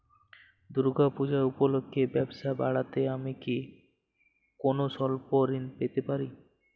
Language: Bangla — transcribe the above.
দূর্গা পূজা উপলক্ষে ব্যবসা বাড়াতে আমি কি কোনো স্বল্প ঋণ পেতে পারি?